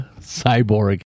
cyborg